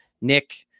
Nick